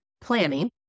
planning